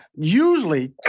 usually